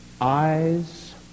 Eyes